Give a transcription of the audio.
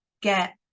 get